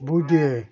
বোঁদে